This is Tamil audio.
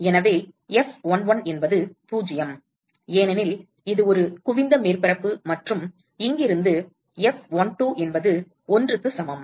எனவே F11 என்பது 0 ஏனெனில் இது ஒரு குவிந்த மேற்பரப்பு மற்றும் இங்கிருந்து F12 என்பது 1 க்கு சமம்